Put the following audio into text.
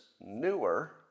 newer